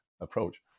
approach